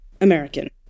American